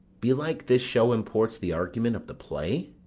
belike this show imports the argument of the play.